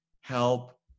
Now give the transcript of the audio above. help